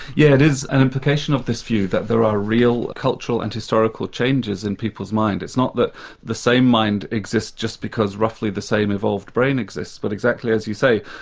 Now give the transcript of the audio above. yeah it is an implication of this view that there are real cultural and historical changes in people's mind. it's not that the same mind exists just because roughly the same evolved brain exists, but exactly as you say,